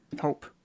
hope